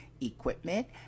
equipment